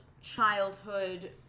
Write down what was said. childhood